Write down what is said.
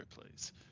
please